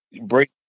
break